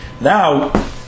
now